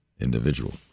individual